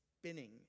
spinning